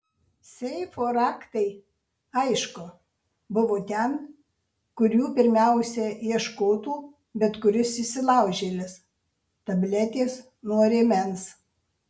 seifo raktai aišku buvo ten kur jų pirmiausia ieškotų bet kuris įsilaužėlis tabletės nuo rėmens